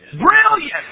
Brilliant